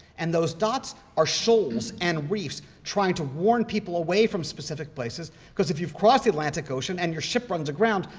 and those dots are shoals and reefs trying to warn people away from specific places. because if you've crossed the atlantic ocean and your ship runs aground,